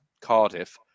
Cardiff